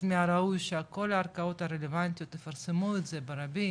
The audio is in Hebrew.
אז מן הראוי שעל כל הערכאות הרלוונטיות יפרסמו את זה ברבים,